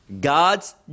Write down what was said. God's